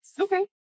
Okay